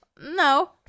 No